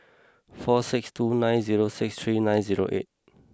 four six two nine zero six three nine zero eight